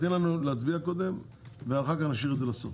תני לנו להצביע קודם ואחר כך נשאיר את זה לסוף.